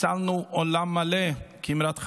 הצלנו עולם מלא, כאמרת חז"ל.